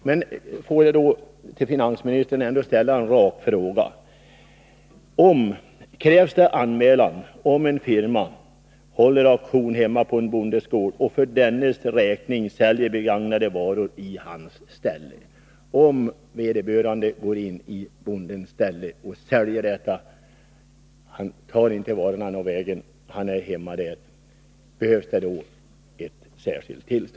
Men jag vill ändå till finansministern ställa en rak fråga: Krävs anmälan, om en firma håller auktion hemma på en bondes gård och för dennes räkning säljer begagnade varor i hennes ställe?